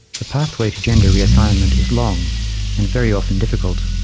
the pathway to gender reassignment is long and very often difficult.